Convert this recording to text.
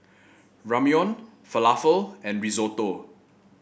Ramyeon Falafel and Risotto